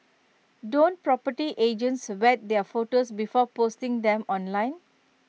don't property agents vet their photos before posting them online